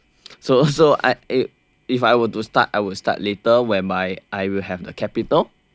so so if I were to start I will start later whereby I will have the capital